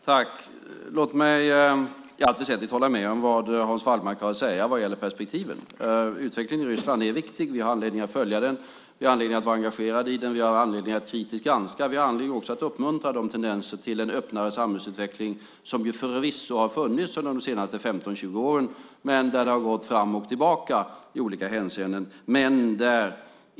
Herr talman! Jag kan i allt väsentligt hålla med om det Hans Wallmark har att säga vad gäller perspektiven. Utvecklingen i Ryssland är viktig. Vi har anledning att följa den. Vi har anledning att vara engagerade i den. Vi har anledning att kritiskt granska. Vi har också anledning att uppmuntra de tendenser till en öppnare samhällsutveckling, som förvisso har funnits under de senaste 15-20 åren men där det gått fram och tillbaka i olika hänseenden.